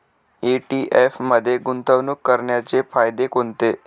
ETF मध्ये गुंतवणूक करण्याचे फायदे कोणते?